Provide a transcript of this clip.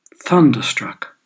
thunderstruck